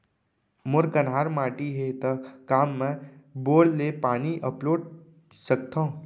मोर कन्हार माटी हे, त का मैं बोर ले पानी अपलोड सकथव?